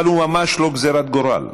אבל הוא ממש לא גזרת גורל.